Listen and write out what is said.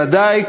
ודאי,